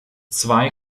zwei